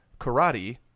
Karate